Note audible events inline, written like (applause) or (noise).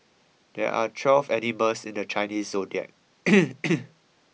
there are twelve animals in the Chinese zodiac (noise)